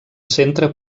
centre